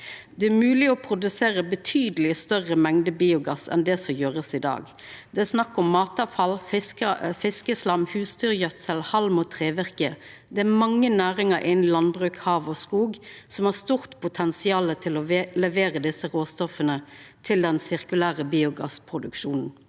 Det er mogleg å produsera betydeleg større mengder biogass enn det som blir gjort i dag. Det er snakk om matavfall, fiskeslam, husdyrgjødsel, halm og trevirke. Det er mange næringar innan landbruk, hav og skog som har stort potensial for å levera desse råstoffa til den sirkulære biogassproduksjonen,